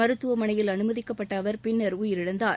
மருத்துவமனையில் அனுமதிக்கப்பட்ட அவர் பின்னர் உயிரிழந்தார்